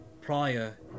prior